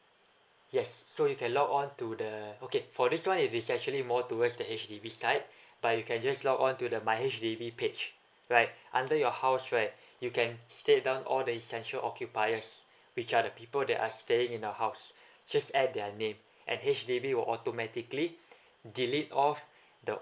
yes so you can log on to the okay for this one it is actually more towards the H_D_B side but you can just log onto the my H_D_B page right under your house right you can state down all the essential occupiers which are the people that are stay in your house just add their name and H_D_B will automatically delete of the